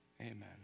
Amen